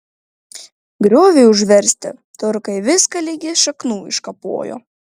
grioviui užversti turkai viską ligi šaknų iškapojo